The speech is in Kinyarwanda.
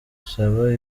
dusaba